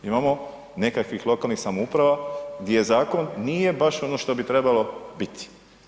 Imamo nekakvih lokalnih samouprava gdje zakon nije baš ono što bi trebalo biti.